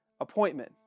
Appointment